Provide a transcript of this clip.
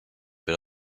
but